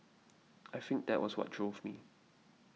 I think that was what drove me